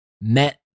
met